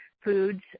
foods